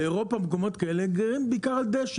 באירופה במקומות כאלה גרים בעיקר על דשא.